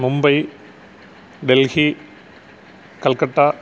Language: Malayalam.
മുംബൈ ഡൽഹി കൽക്കട്ട